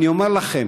אני אומר לכם,